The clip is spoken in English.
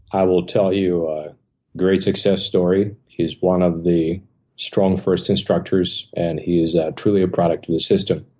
i will tell you a great success story. he's one of the strongfirst instructors, and he's truly a product of the system.